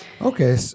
Okay